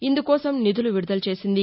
ఇందుకోసం నిధులు విడుదల చేసింది